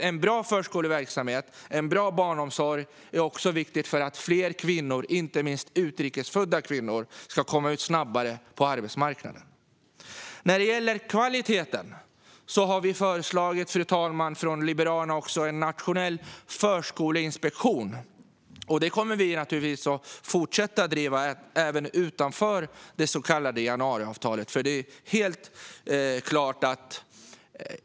En bra förskoleverksamhet och barnomsorg är också viktigt för att fler kvinnor, inte minst utrikesfödda, snabbare ska komma ut på arbetsmarknaden. När det gäller kvaliteten, fru talman, har vi från Liberalernas sida också föreslagit en nationell förskoleinspektion. Detta kommer vi naturligtvis att fortsätta driva, även utanför det så kallade januariavtalet.